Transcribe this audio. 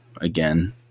again